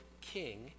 king